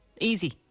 Easy